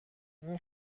این